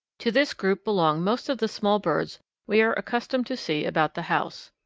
to this group belong most of the small birds we are accustomed to see about the house.